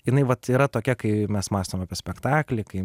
jinai vat yra tokia kai mes mąstom apie spektaklį kai